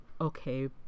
okay